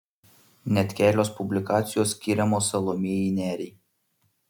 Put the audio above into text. net kelios publikacijos skiriamos salomėjai nėriai